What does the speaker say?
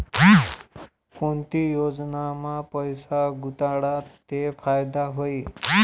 कोणती योजनामा पैसा गुताडात ते फायदा व्हई?